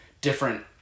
different